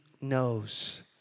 knows